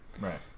Right